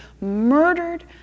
murdered